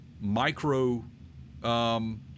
micro –